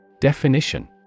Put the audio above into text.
Definition